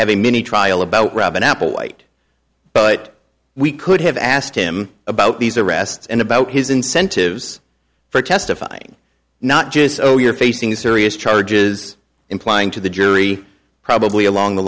a mini trial about robin applewhite but we could have asked him about these arrests and about his incentives for testifying not just oh you're facing serious charges implying to the jury probably along the